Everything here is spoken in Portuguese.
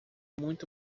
muito